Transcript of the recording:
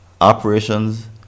operations